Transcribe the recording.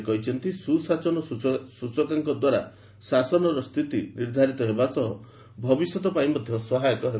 ସେ କହିଛନ୍ତି ସୁଶାସନ ସୂଚକାଙ୍କଦ୍ୱାରା ଶାସନର ସ୍ଥିତି ନିର୍ଦ୍ଧାରିତ ହେବା ସହ ଭବିଷ୍ୟତପାଇଁ ମଧ୍ୟ ସହାୟକ ହେବ